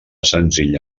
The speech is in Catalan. senzill